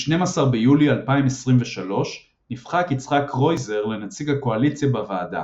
ב-12 ביולי 2023 נבחר יצחק קרויזר לנציג הקואליציה בוועדה.